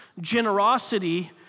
generosity